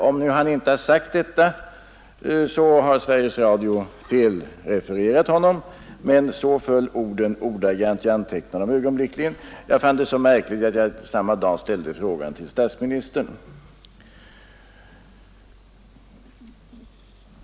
Om han inte har sagt detta, har Sveriges Radio felrefererat honom, men precis så föll orden; jag antecknade dem ögonblickligen. Jag fann detta så märkligt att jag samma dag ställde frågan till statsministern.